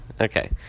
Okay